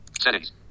Settings